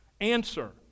Answer